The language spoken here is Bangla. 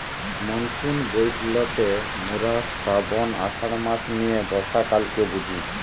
মনসুন বইলতে মোরা শ্রাবন, আষাঢ় মাস নিয়ে বর্ষাকালকে বুঝি